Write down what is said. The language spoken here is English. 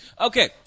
Okay